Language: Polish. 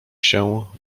się